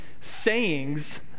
sayings